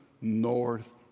north